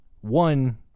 One